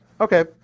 Okay